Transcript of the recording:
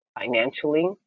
financially